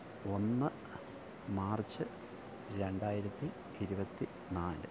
ഒന്ന് മാര്ച്ച് രണ്ടായിരത്തി ഇരുപത്തി നാല്